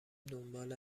دنبال